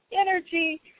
energy